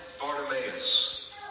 Bartimaeus